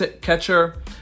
catcher